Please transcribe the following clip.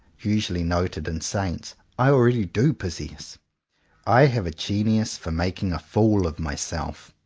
usually noted in saints, i already do possess i have a genius for making a fool of myself.